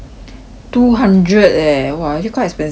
two hundred eh !wah! actually quite expensive lor